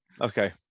Okay